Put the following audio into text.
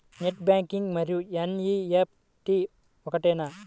Net banking మరియు NEFT ఒకటేనా?